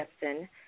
Justin